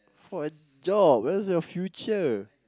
for a dog that's your future